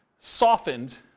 softened